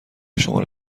شماره